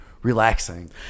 relaxing